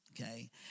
Okay